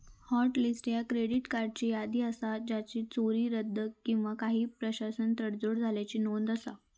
hot list ह्या credit कार्ड्सची यादी असा ज्याचा चोरी, रद्द किंवा काही प्रकारान तडजोड झाल्याची नोंद असा